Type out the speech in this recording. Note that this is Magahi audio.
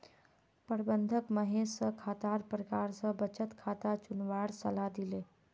प्रबंधक महेश स खातार प्रकार स बचत खाता चुनवार सलाह दिले